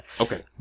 okay